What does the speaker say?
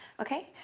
okay.